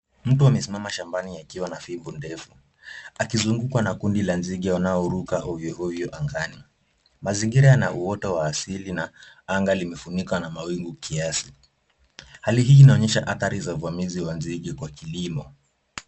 Mtu amesimama shambani akiwa na fimbo ndefu akizungukwa na kundi la nzige wanaoruka ovyoovyo angani. Mazingira yana uoto wa asili na anga limefunikwa na mawingu kiasi. Hali hii inaonyesha athari wa uvamizi wa nzige kwa kilimo.